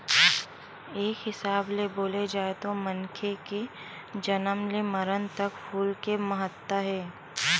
एक हिसाब ले बोले जाए तो मनखे के जनम ले मरन तक फूल के महत्ता हे